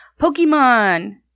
Pokemon